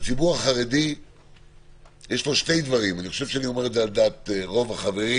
לציבור הדתי והחרדי שני דברים נורא נורא חשובים